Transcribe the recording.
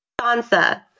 Sansa